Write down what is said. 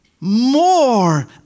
more